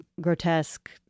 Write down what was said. Grotesque